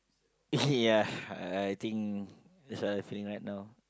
ya I think that's are the feeling right now